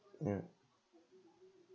ya